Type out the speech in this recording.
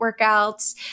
workouts